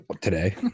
Today